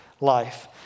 life